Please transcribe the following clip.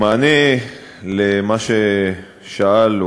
במענה למה ששאל,